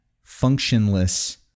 functionless